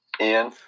Ian